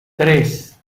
tres